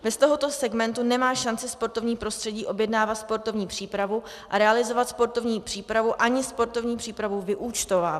Bez tohoto segmentu nemá šanci sportovní prostředí objednávat sportovní přípravu a realizovat sportovní přípravu ani sportovní přípravu vyúčtovávat.